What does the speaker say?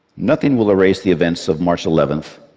nothing will erase the events of march eleven,